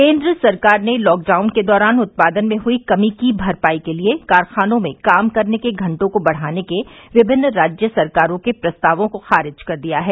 केन्द्र सरकार ने लॉकडाउन के दौरान उत्पादन में हुई कमी की भरपाई के लिए कारखानों में काम करने के घंटों को बढ़ाने के विभिन्न राज्य सरकारों के प्रस्ताव को खारिज कर दिया है